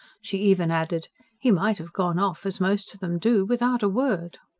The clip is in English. she even added he might have gone off, as most of them do, without a word.